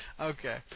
Okay